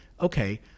okay